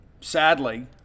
sadly